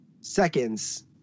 seconds